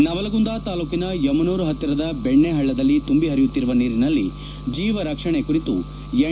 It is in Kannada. ನವಲಗುಂದ ತಾಲೂಕಿನ ಯಮನೂರ ಹತ್ತಿರದ ಬೆಣ್ಣಿ ಹಳ್ಳದಲ್ಲಿ ತುಂಬಿ ಹರಿಯುವ ನೀರಿನಲ್ಲಿ ಜೀವರಕ್ಷಣೆ ಕುರಿತು ಎನ್